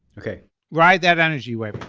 okay write that energy way.